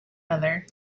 other